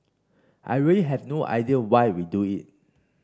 I really have no idea why we do it